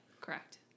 correct